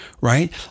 right